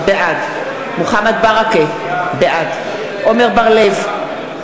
בעד מוחמד ברכה, בעד עמר בר-לב,